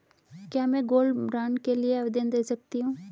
क्या मैं gold bond के लिए आवेदन दे सकती हूँ?